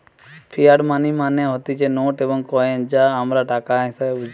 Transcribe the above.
fiat money মানে হতিছে note এবং কইন যা আমরা টাকা হিসেবে বুঝি